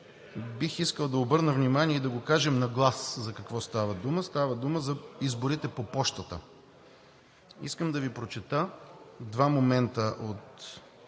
бих искал да обърна внимание – и да го кажем на глас, за какво става дума – става дума за изборите по пощата. Искам да Ви прочета два момента от